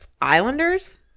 Islanders